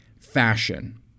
fashion